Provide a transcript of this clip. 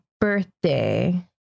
birthday